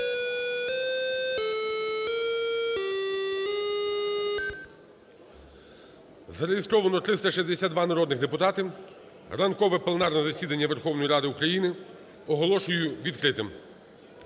Зареєстровано 362 народних депутати. Ранкове пленарне засідання Верховної Ради України оголошую відкритим.